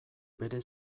bere